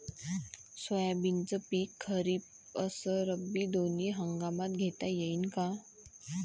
सोयाबीनचं पिक खरीप अस रब्बी दोनी हंगामात घेता येईन का?